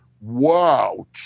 wow